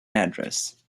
address